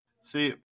See